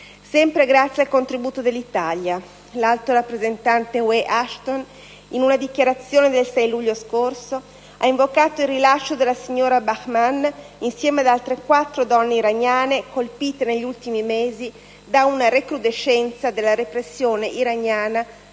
Sempre grazie al contributo dell'Italia, l'Alto rappresentante UE Ashton, in una dichiarazione del 6 luglio scorso, ha invocato il rilascio della signora Bahrman insieme ad altre quattro donne iraniane colpite negli ultimi mesi da una recrudescenza della repressione iraniana